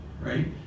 right